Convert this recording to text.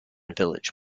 village